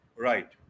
right